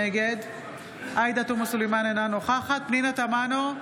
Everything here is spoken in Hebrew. נגד עאידה תומא סלימאן, אינה נוכחת פנינה תמנו,